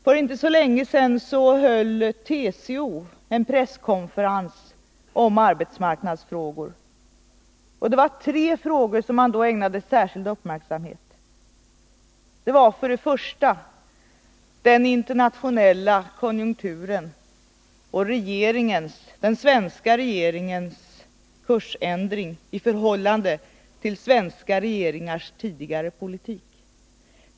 För inte så länge sen höll TCO en presskonferens om arbetsmarknadsfrågor. Det var tre saker som man då ägnade särskild uppmärksamhet. Först och främst var det den internationella konjunkturen och den svenska regeringens kursändring i förhållande till svenska regeringars tidigare politik.